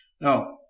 Now